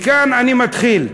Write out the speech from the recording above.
מכאן אני מתחיל.